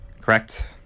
Correct